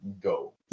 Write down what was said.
Go